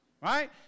right